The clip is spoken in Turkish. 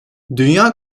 dünya